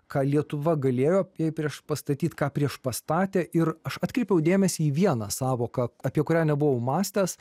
ką lietuva galėjo jai priešpastatyt ką priešpastatė ir aš atkreipiau dėmesį į vieną sąvoką apie kurią nebuvau mąstęs